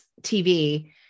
TV